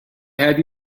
have